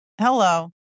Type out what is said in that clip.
hello